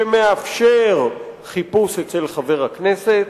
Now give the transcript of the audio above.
שמאפשר חיפוש אצל חברי הכנסת,